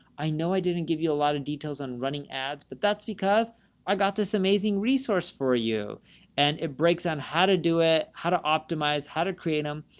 i know i didn't give you a lot of details on running ads, but that's because i got this amazing resource for you and it breaks on how to do it, how to optimize, how to create them.